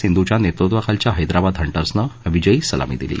सिंधूच्या नत्तुवाखालील हैद्राबाद हंटर्सनं विजयी सलामी दिली